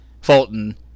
Fulton